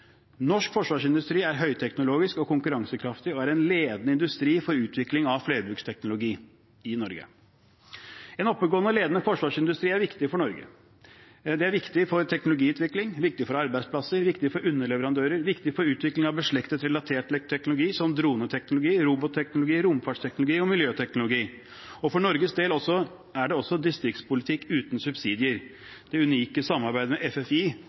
Norsk forsvarsindustri er høyteknologisk og konkurransekraftig og er en ledende industri for utvikling av flerbruksteknologi i Norge. En oppegående og levende forsvarsindustri er viktig for Norge. Det er viktig for teknologiutvikling, arbeidsplasser, underleverandører, utvikling av beslektet, relatert teknologi, som droneteknologi, robotteknologi, romfartsteknologi og miljøteknologi. For Norges del er det også distriktspolitikk uten subsidier. Det unike samarbeidet med FFI,